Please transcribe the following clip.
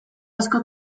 asko